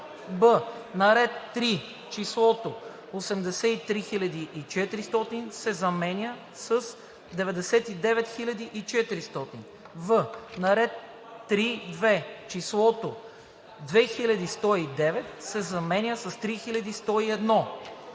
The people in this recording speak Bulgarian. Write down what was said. на ред 3. числото 83 400 се заменя с 99 400, на ред 3.2. числото 2 109 се заменя с 3 109